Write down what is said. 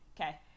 Okay